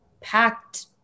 packed